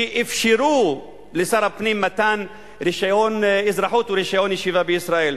שאפשרו לשר הפנים מתן רשיון אזרחות או רשיון ישיבה בישראל.